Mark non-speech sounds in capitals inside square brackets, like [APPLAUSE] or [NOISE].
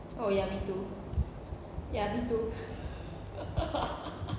oh ya me too ya me too [LAUGHS]